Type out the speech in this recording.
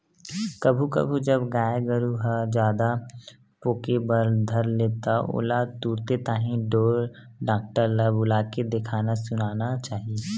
कभू कभू जब गाय गरु ह जादा पोके बर धर ले त ओला तुरते ताही ढोर डॉक्टर ल बुलाके देखाना सुनाना चाही